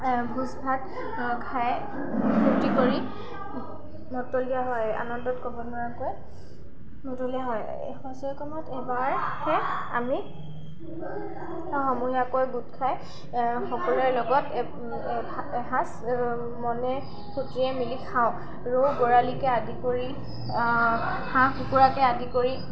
ভোজ ভাত খাই ফূ্ৰ্তি কৰি মতলীয়া হয় আনন্দত ক'ব নোৱাৰাকৈ মতলীয়া হয় কামত এবাৰহে আমি সমূহীয়াকৈ গোট খাই সকলোৰে লগত এসাঁজ মনে মিলি খাওঁ ৰৌ বৰালিকে আদি কৰি হাঁহ কুকুৰাকে আদি কৰি